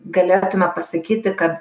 galėtume pasakyti kad